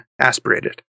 aspirated